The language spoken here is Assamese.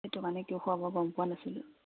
সেইটো কাৰণে কি খোৱাব গম পোৱা নাছিলোঁ